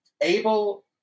able